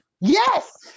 yes